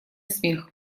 смех